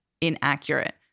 inaccurate